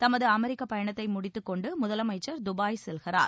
தமது அமெரிக்கப் பயணத்தை முடித்துக்கொண்டு முதலமைச்சர் துபாய் செல்கிறார்